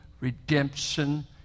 redemption